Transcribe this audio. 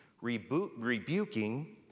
rebuking